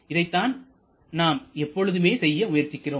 இதைத்தான் நாம் எப்பொழுதுமே செய்ய முயற்சிக்கிறோம்